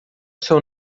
seu